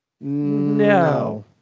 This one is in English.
No